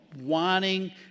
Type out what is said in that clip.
wanting